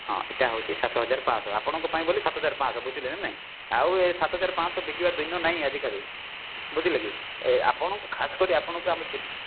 ହଁ ଏଟା ହଉଚି ସାତ ହଜାର ପାଞ୍ଚ ଆପଣଙ୍କ ପାଇଁ ବୋଲି ସାତ ହଜାର ପାଞ୍ଚ ବୁଝିଲେ ନା ନାଇଁ ଆଉ ଏ ସାତ ହଜାର ପାଞ୍ଚ ବିକିବା ଦିନ ନାହିଁ ଆଜି କାଲି ବୁଝିଲେକି ଏ ଆପଣକୁ ଖାସ୍ କରି ଆପଣକୁ